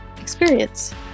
experience